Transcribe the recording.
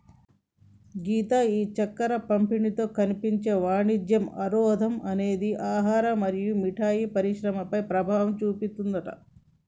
గీత ఈ చక్కెర పంపిణీలో కనిపించే వాణిజ్య అవరోధం అనేది ఆహారం మరియు మిఠాయి పరిశ్రమలపై ప్రభావం చూపిస్తుందట